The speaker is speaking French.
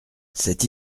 cette